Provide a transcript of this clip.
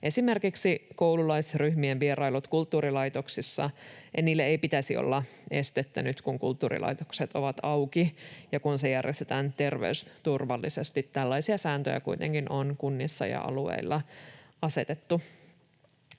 esimerkiksi koululaisryhmien vierailut kulttuurilaitoksissa. Niille ei pitäisi olla estettä nyt, kun kulttuurilaitokset ovat auki ja kun ne järjestetään terveysturvallisesti. Tällaisia sääntöjä kuitenkin on kunnissa ja alueilla asetettu.